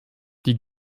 die